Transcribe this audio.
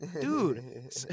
dude